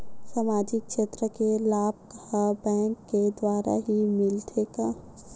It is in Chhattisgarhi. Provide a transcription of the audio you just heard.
सामाजिक क्षेत्र के लाभ हा बैंक के द्वारा ही मिलथे का?